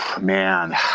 Man